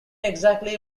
exactly